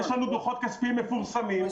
יש לנו דוחות כספיים מפורסמים,